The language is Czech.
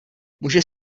můžeš